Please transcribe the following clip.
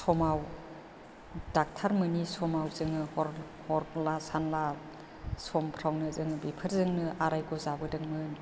समाव ड'क्टार मोनि समाव जोङो हर हरला सानला समफ्रावनो जोङो बेफोरजोंनो आरायग' जाबोदोंमोन